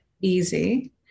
easy